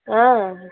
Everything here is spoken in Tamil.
ஆ